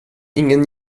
ingen